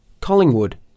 Collingwood